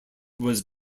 was